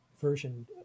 version